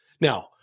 Now